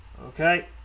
Okay